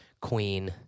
queen